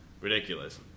ridiculous